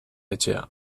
etxea